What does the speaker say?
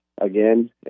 again